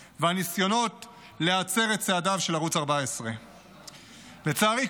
והניסיונות להצר את צעדיו של ערוץ 14. לצערי,